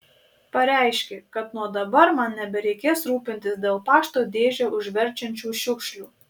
pareiškė kad nuo dabar man nebereikės rūpintis dėl pašto dėžę užverčiančių šiukšlių